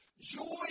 Joy